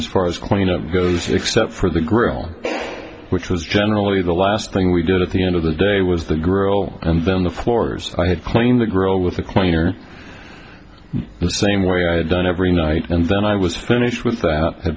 as far as cleanup goes except for the grill which was generally the last thing we did at the end of the day was the grill and then the floors i had cleaned the grill with the cleaner the same way i had done every night and then i was finished with that i